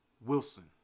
Wilson